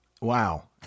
Wow